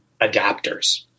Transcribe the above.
adapters